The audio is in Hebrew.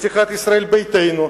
יש לך ישראל ביתנו,